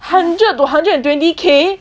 hundred to hundred and twenty K